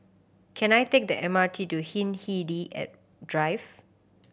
can I take the M R T to Hindhede and Drive